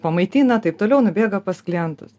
pamaitina taip toliau nubėga pas klientus